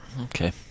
Okay